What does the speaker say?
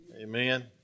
Amen